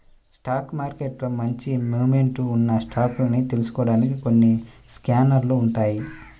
stock మార్కెట్లో మంచి momentum ఉన్న స్టాకుల్ని తెలుసుకోడానికి కొన్ని స్కానర్లు ఉంటాయ్